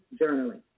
journaling